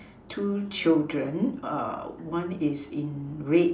two children one is in red